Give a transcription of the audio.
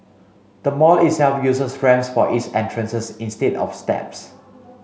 the mall itself uses ramps for its entrances instead of steps